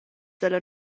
dalla